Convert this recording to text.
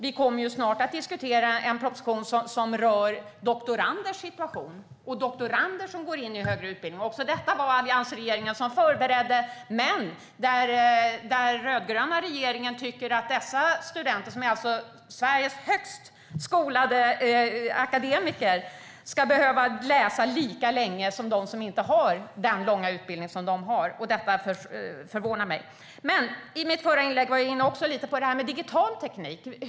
Vi kommer snart att diskutera en proposition som rör doktoranders situation i den högre utbildningen. Också här förberedde alliansregeringen, men den rödgröna regeringen tycker att dessa studenter - Sveriges högst skolade akademiker - ska behöva läsa lika länge som de som inte har den långa utbildning de har. Detta förvånar mig. I mitt förra inlägg var jag inne på frågan om digital teknik.